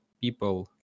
people